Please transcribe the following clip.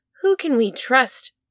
who-can-we-trust